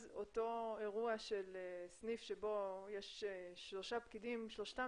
אז אותו אירוע של סניף שבו יש שלושה פקידים ושלושתם